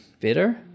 better